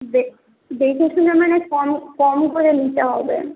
দেখে শুনে মানে কম কম করে নিতে হবে